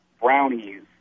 brownies